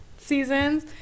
seasons